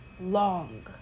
long